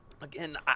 again